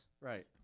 Right